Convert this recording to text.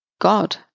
God